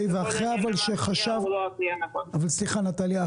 אבל סליחה נטליה,